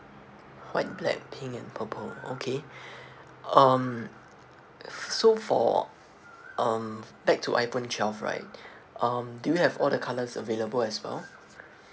white black pink and purple okay mm so for um back to iphone twelve right um do you have all the colours available as well